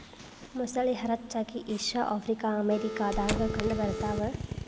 ಮೊಸಳಿ ಹರಚ್ಚಾಗಿ Asia Africa America ದಾಗ ಕಂಡ ಬರತಾವ